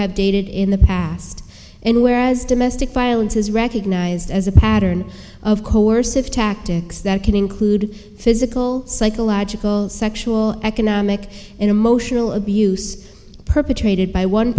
have dated in the past and where as domestic violence is recognized as a pattern of coercive tactics that can include physical psychological sexual economic and emotional abuse perpetrated by one